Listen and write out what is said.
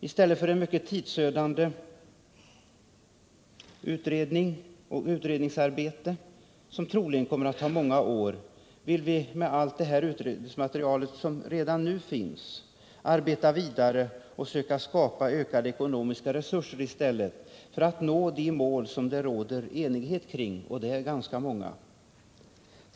I stället för en mycket tidsödande utredning, som troligen kommer att ta många år, vill vi med allt det utredningsmaterial som redan nu finns arbeta vidare och söka skapa ökade ekonomiska resurser för att nå de mål som det råder enighet kring, och de är ganska många.